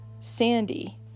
Sandy